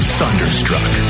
thunderstruck